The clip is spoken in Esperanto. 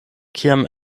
kiam